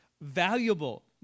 valuable